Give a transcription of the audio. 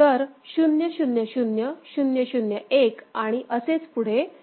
तर 0 0 0 0 0 1 आणि असेच पुढे असेच जात आहे